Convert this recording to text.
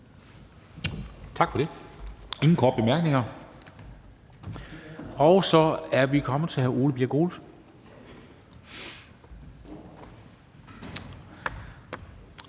Tak for det. Der er ingen korte bemærkninger. Så er vi kommet til hr. Ole Birk